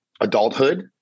adulthood